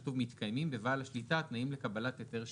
כתוב "..מתקיימים בבעל השליטה תנאים לקבלת היתר שליטה..".